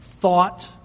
thought